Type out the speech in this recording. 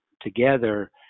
together